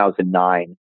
2009